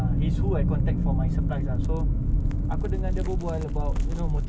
kalau aku dengar podcast like dia berbual